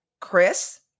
Chris